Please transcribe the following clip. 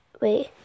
Wait